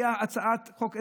בחריש הייתה הצעת חוק,